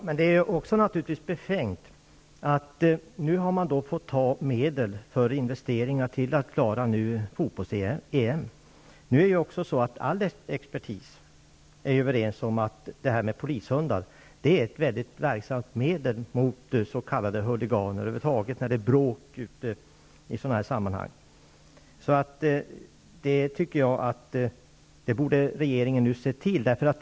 Herr talman! Det är befängt att man nu har fått ta medel avsedda till investeringar för att klara fotbolls-EM. All expertis är överens om att polishundar är ett mycket verksamt medel mot s.k. huliganer och över huvud taget när det är bråk i sådana sammanhang. Jag tycker att regeringen borde se till att ordna detta.